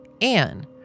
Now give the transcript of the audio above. Anne